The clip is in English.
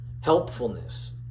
helpfulness